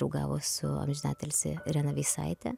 draugavo su amžinatilsį irena veisaite